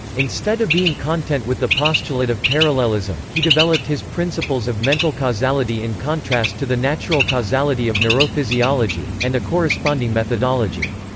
instead of being content with postulate of parallelism, he developed his principles of mental causality in contrast to the natural causality of neurophysiology, and a corresponding methodology.